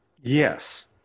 Yes